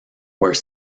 where